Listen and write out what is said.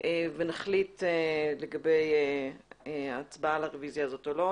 ונחליט לגבי ההצבעה על הרביזיה הזאת או לא,